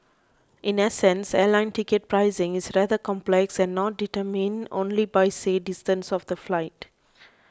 in essence airline ticket pricing is rather complex and not determined only by say distance of the flight